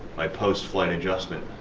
my post flight adjustment.